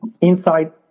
inside